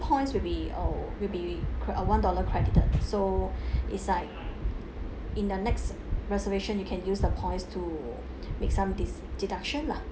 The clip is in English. points will be uh will be cre~ uh one dollar credited so it's like in the next reservation you can use the points to make some dis~ deduction lah